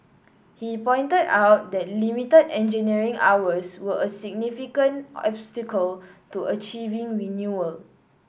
he pointed out that limited engineering hours were a significant obstacle to achieving renewal